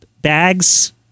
bags